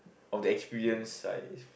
of the experience I